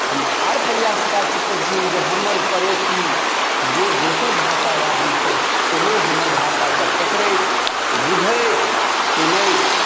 हम आर प्रयास कए चुकल छी जे हमर पड़ोसी जे दोसर भाषावादी छथि ओहो हमर भाषाके पकड़थि बुझथि सुनथि